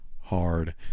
hard